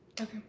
Okay